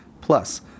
plus